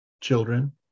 children